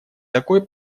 такой